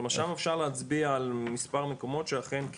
כלומר שם אפשר להצביע על מספר מקומות שאכן,